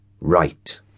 right